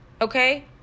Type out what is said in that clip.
Okay